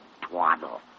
twaddle